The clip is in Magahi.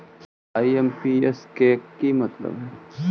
आई.एम.पी.एस के कि मतलब है?